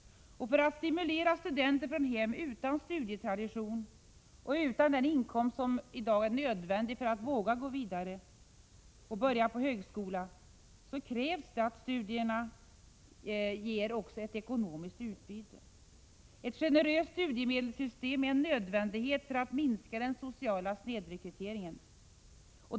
För att stimulera studenter från hem utan studietradition och utan den inkomst som i dag är nödvändig för att man skall våga gå vidare och börja på högskola krävs det att studierna ger också ett ekonomiskt utbyte. Ett generöst studiemedelssystem är en nödvändighet för att minska den sociala snedrekryteringen.